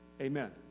Amen